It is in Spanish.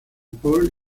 paul